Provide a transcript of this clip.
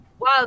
wow